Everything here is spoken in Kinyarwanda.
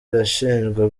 irashinjwa